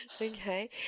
Okay